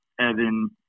Evan